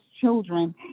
children